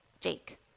Jake